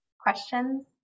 questions